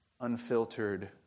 unfiltered